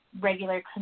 regular